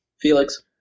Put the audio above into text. Felix